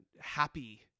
happy